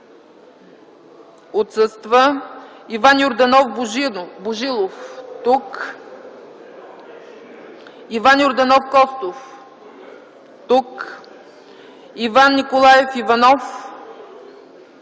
отсъства Иван Йорданов Божилов - тук Иван Йорданов Костов - тук Иван Николаев Иванов - тук